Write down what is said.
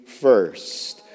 first